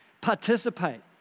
participate